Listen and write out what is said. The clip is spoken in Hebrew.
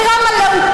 מחירן עלה.